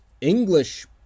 English